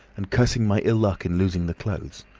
and cursing my ill-luck in losing the clothes.